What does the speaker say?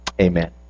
Amen